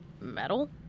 Metal